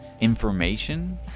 information